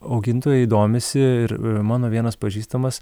augintojai domisi ir mano vienas pažįstamas